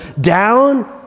down